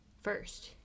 first